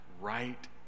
right